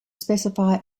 specify